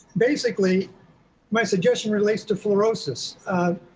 basically my suggestion relates to fluorosis.